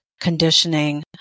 conditioning